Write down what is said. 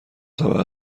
طبقه